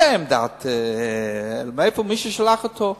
זו עמדת מי ששלח אותו?